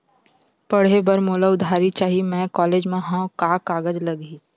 पढ़े बर मोला उधारी चाही मैं कॉलेज मा हव, का कागज लगही?